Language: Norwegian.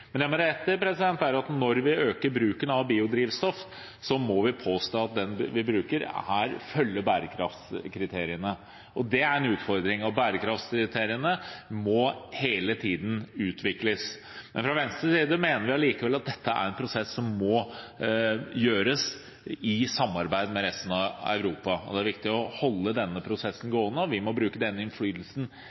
Men det de har rett i, er at når vi øker bruken av biodrivstoff, må vi påse at det vi bruker, følger bærekraftskriteriene. Det er en utfordring. Bærekraftskriteriene må hele tiden utvikles. Men fra Venstres side mener vi allikevel at dette er en prosess som må gjøres i samarbeid med resten av Europa. Det er viktig å holde denne prosessen gående, og vi må bruke den innflytelsen